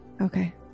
Okay